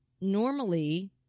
normally